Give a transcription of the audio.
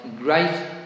great